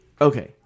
Okay